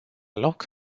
loc